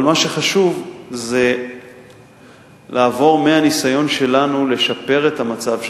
אבל מה שחשוב זה לעבור מהניסיון שלנו לשפר את המצב,